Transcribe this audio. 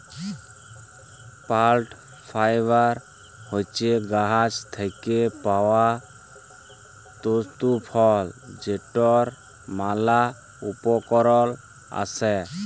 plant fibre হছে গাহাচ থ্যাইকে পাউয়া তল্তু ফল যেটর ম্যালা উপকরল আসে